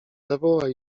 zawołaj